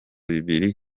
bibiri